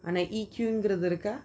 ஆனா:ana E_Q றது இருக்க:rathu iruka